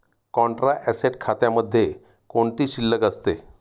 Contra asset खात्यामध्ये कोणती शिल्लक असते?